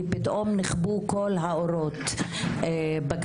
כי פתאום נכבו כל האורות בכביש,